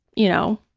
you know,